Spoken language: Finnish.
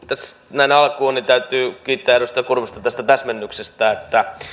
näin alkuun täytyy kiittää edustaja kurvista tästä täsmennyksestä